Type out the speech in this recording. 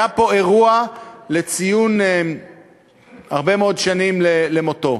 היה פה אירוע לציון הרבה מאוד שנים למותו.